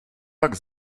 pak